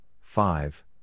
five